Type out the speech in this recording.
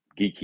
geeky